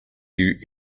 you